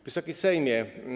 Wysoki Sejmie!